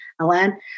Alan